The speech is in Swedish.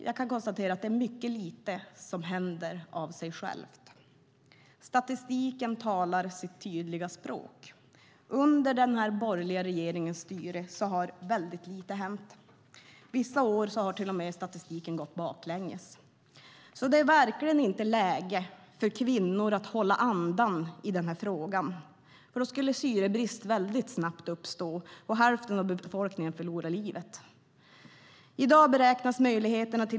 Jag kan konstatera att det är mycket lite som händer av sig självt. Statistiken talar sitt tydliga språk. Under denna borgerliga regerings styre har mycket lite hänt. Vissa år har det enligt statistiken till och med gått bakåt. Så det är verkligen inte läge för kvinnor att hålla andan i denna fråga. Då skulle syrebrist snabbt uppstå och hälften av befolkningen förlora livet.